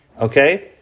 Okay